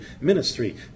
ministry